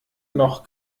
noch